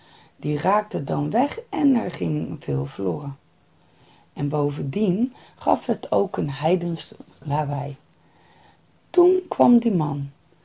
die raakten dan weg en er ging veel verloren en bovendien gaf het ook een heidensch lawaai toen kwam die man